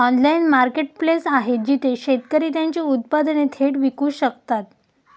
Online marketplace आहे जिथे शेतकरी त्यांची उत्पादने थेट विकू शकतात?